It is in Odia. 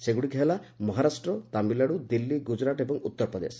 ସେଗୁଡ଼ିକ ହେଲା ମହାରାଷ୍ଟ୍ର ତାମିଲନାଡୁ ଦିଲ୍ଲୀ ଗୁଜୁରାଟ ଏବଂ ଉତ୍ତରପ୍ରଦେଶ